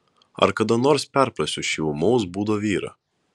ar kada nors perprasiu šį ūmaus būdo vyrą